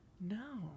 No